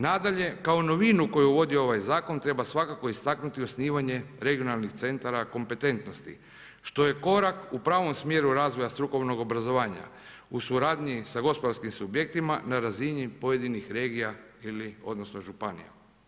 Nadalje, kao novinu koju uvodi ovaj Zakon, treba svakako istaknuti osnivanje regionalnih centara kompetentnosti, što je korak u pravom smjeru razvoja strukovnog obrazovanja u suradnji sa gospodarskim subjektima na razini pojedinih regija, odnosno županija.